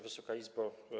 Wysoka Izbo!